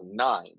2009